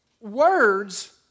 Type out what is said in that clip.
Words